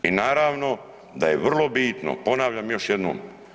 I naravno da je vrlo bitno ponavljam još jednom.